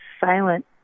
silent